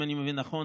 אם אני מבין נכון,